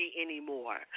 anymore